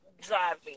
driving